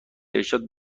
ارشاد